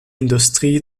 industrie